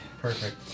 Perfect